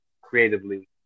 creatively